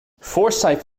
forsyth